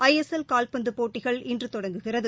ஐ S L கால்பந்து போட்டிகள் இன்று தொடங்குகிறது